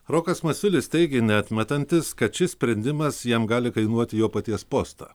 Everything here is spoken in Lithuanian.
rokas masiulis teigė neatmetantis kad šis sprendimas jam gali kainuoti jo paties postą